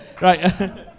Right